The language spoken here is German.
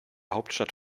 hauptstadt